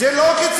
זו לא קיצוניות.